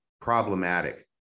problematic